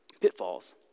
pitfalls